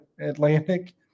Atlantic